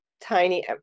tiny